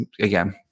again